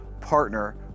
partner